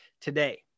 today